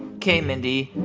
ok, mindy.